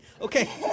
Okay